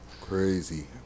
Crazy